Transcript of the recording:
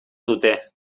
dute